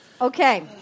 Okay